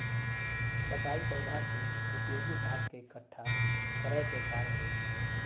कटाई पौधा के उपयोगी भाग के इकट्ठा करय के कार्य हइ